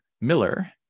Miller